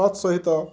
ତତ୍ ସହିତ